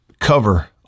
cover